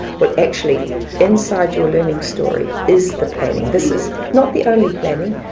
what actually inside your learning story is the planning. this is not the only planning,